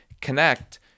connect